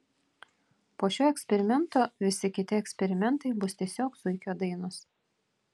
po šio eksperimento visi kiti eksperimentai bus tiesiog zuikio dainos